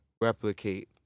replicate